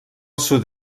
sud